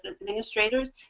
administrators